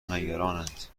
نگرانند